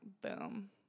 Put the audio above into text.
boom